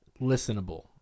listenable